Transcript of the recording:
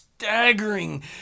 Staggering